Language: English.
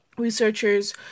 researchers